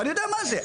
אני יודע מה זה.